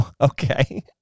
Okay